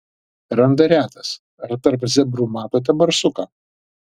randa retas ar tarp zebrų matote barsuką